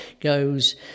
goes